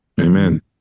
Amen